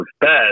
Best